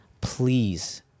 please